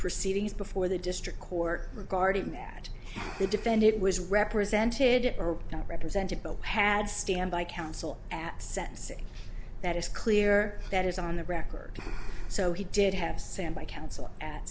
proceedings before the district court regarding that the defendant was represented or not represented but had standby counsel at sentencing that is clear that is on the record so he did have same by counsel at